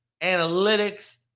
analytics